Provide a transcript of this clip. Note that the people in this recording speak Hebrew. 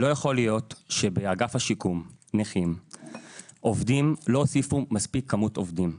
לא יכול להיות שבאגף השיקום נכים לא הוסיפו כמות עובדים מספיקה.